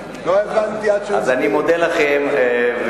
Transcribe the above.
אני מודה לכם,